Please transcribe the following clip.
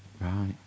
Right